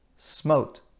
Smote